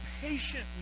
patient